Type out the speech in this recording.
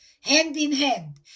hand-in-hand